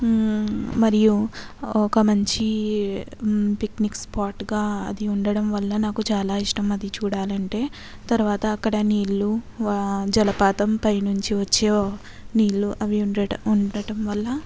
మరియు ఒక మంచి పిక్నిక్ స్పాట్గా అది ఉండడం వల్ల నాకు చాలా ఇష్టం అది చూడాలంటే తర్వాత అక్కడ నీళ్ళు జలపాతం పైనుంచి వచ్చే నీళ్ళు అవి ఉండ ఉండటం వల్ల